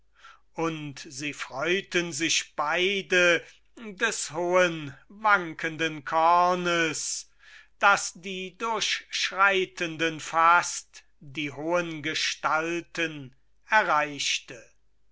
und sie freuten sich beide des hohen wankenden kornes das die durchschreitenden fast die hohen gestalten erreichte